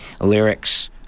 lyrics